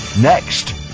next